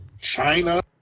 China